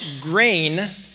grain